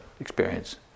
experience